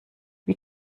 wie